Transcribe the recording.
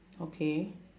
okay